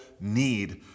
need